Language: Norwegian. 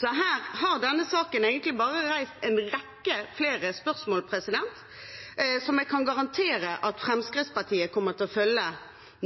Så her har denne saken egentlig reist en rekke nye spørsmål som jeg kan garantere at Fremskrittspartiet kommer til å følge